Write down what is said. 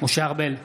משה ארבל,